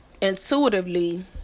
intuitively